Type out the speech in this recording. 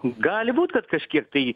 gali būt kad kažkiek tai